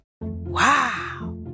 Wow